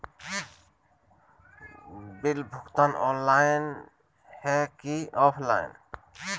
Bill भुगतान online है की ऑफलाइन?